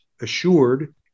assured